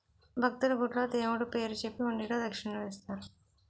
భక్తులు, గుడిలో దేవుడు పేరు చెప్పి హుండీలో దక్షిణలు వేస్తారు